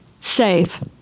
save